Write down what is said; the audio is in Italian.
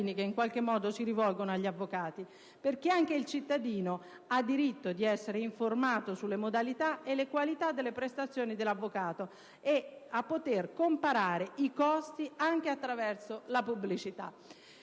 cittadini che si rivolgono agli avvocati. Infatti, anche il cittadino ha diritto di essere informato sulle modalità e le qualità delle prestazioni dell'avvocato e di poter comparare le tariffe anche attraverso la pubblicità.